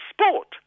sport